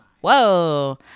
Whoa